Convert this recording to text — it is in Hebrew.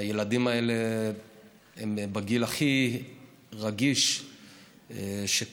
הילדים האלה הם בגיל הכי רגיש שקיים.